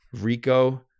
rico